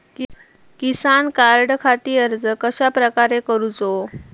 किसान कार्डखाती अर्ज कश्याप्रकारे करूचो?